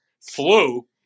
flu